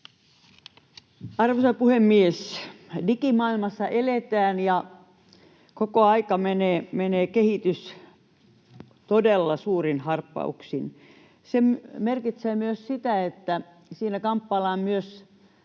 Arvoisa puhemies! Digimaailmassa eletään, ja koko ajan menee kehitys todella suurin harppauksin. Se merkitsee myös sitä, että siinä kamppaillaan myös